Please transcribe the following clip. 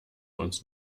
uns